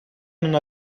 non